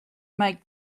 make